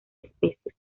especies